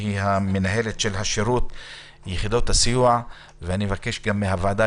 שהיא מנהלת שירות יחידות הסיוע, וגם מהוועדה